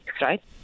right